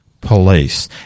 police